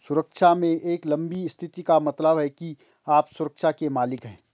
सुरक्षा में एक लंबी स्थिति का मतलब है कि आप सुरक्षा के मालिक हैं